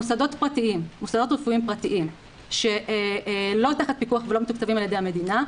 מוסדות רפואיים פרטיים שלא תחת פיקוח ולא מתוקצבים על ידי המדינה,